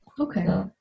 Okay